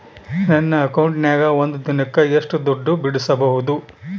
ನನ್ನ ಅಕೌಂಟಿನ್ಯಾಗ ಒಂದು ದಿನಕ್ಕ ಎಷ್ಟು ದುಡ್ಡು ಬಿಡಿಸಬಹುದು?